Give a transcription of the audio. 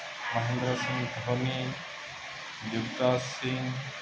Mahendra Singh Dhoni Yuvraj Singh